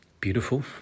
beautiful